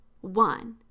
one